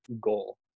goal